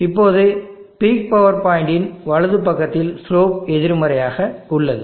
இப்போது peak power point இன் வலது பக்கத்தில் ஸ்லோப் எதிர்மறையாக உள்ளது